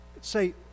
Say